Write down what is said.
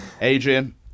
Adrian